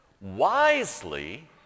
wisely